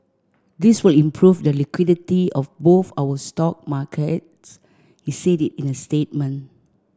this will improve the liquidity of both our stock markets he said in a statement